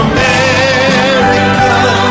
America